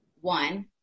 One